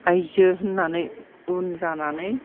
आयजो होननानै उन जानानै